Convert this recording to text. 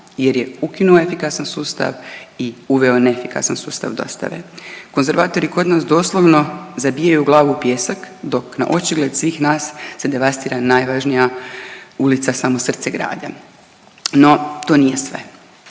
jer je ukinuo efikasan sustav i uveo neefikasan sustav dostave. Konzervatori kod nas doslovno zabijaju glavu u pijesak dok naočigled svih nas se devastira najvažnija ulica, samo srce grada. No, to nije sve.